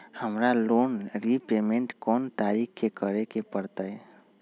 हमरा loan repayment कोन तारीख के करे के परतई?